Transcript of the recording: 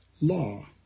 law